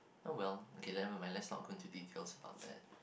oh well okay never mind let's talk into detail about that